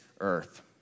earth